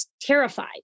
terrified